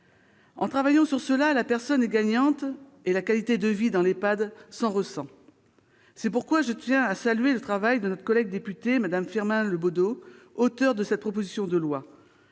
l'on oeuvre dans ce sens, la personne est gagnante et la qualité de vie dans l'EHPAD s'en ressent. C'est pourquoi je tiens à saluer le travail de notre collègue députée Mme Firmin Le Bodo, auteur de cette proposition de loi.